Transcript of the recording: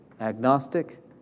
agnostic